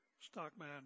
stockman